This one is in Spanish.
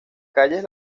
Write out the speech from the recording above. calles